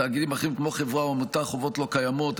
בתאגידים אחרים כמו חברה או עמותה חובות אלה לא קיימות.